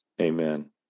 Amen